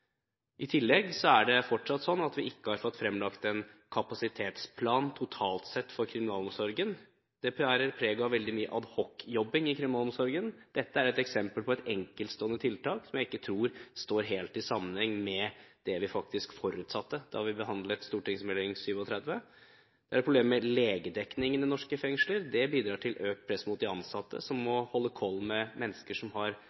i kriminalomsorgen skal gjøre. I tillegg er det fortsatt sånn at vi ikke har fått fremlagt en kapasitetsplan for kriminalomsorgen totalt sett. Det bærer preg av veldig mye adhocjobbing i kriminalomsorgen. Dette er et eksempel på et enkeltstående tiltak som jeg ikke tror står helt i sammenheng med det vi faktisk forutsatte da vi behandlet St.meld. nr. 37. Problemet med legedekningen i norske fengsler bidrar til økt press mot de ansatte, som må holde styr på mennesker som har